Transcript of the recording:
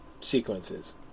sequences